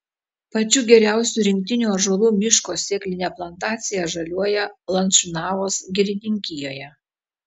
pačių geriausių rinktinių ąžuolų miško sėklinė plantacija žaliuoja lančiūnavos girininkijoje